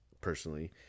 personally